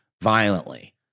violently